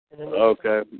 Okay